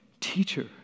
Teacher